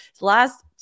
last